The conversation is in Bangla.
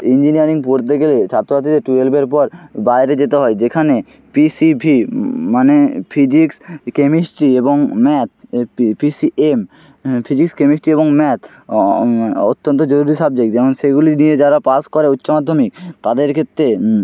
ইঞ্জিনিয়ারিং পড়তে গেলে ছাত্রছাত্রীদের টুয়েলভের পর বাইরে যেতে হয় যেখানে পি সি ভি মানে ফিজিক্স কেমিস্ট্রি এবং ম্যাথ পি সি এম হ্যাঁ ফিজিক্স কেমেস্ট্রি এবং ম্যাথ অত্যন্ত জরুরি সাবজেক্ট যেমন সেগুলি নিয়ে যারা পাস করে উচ্চমাধ্যমিক তাদের ক্ষেত্রে